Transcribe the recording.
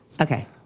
Okay